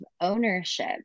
ownership